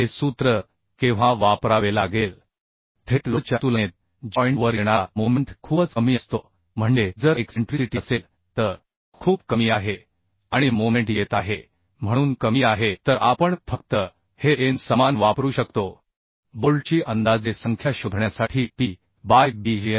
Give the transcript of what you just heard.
तर हे सूत्र केव्हा वापरावे लागेल थेट लोडच्या तुलनेत जॉइंट वर येणारा मोमेंट खूपच कमी असतो म्हणजे जर एक्सेंट्रिसिटी असेल तर खूप कमी आहे आणि मोमेंट येत आहे म्हणून कमी आहे तर आपण फक्त हे एन समान वापरू शकतो बोल्टची अंदाजे संख्या शोधण्यासाठी P बाय Bsd